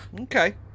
Okay